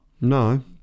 No